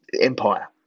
empire